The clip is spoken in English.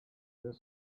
this